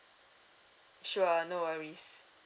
sure no worries